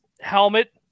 helmet